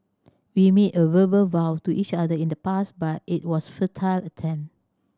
we made a verbal vow to each other in the past but it was futile attempt